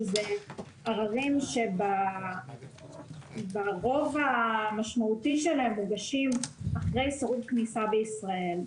שאלו עררים שברוב המשמעותי שלהם מוגשים אחרי סירוב כניסה בישראל,